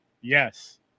yes